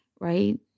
right